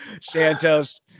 Santos